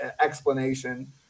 explanation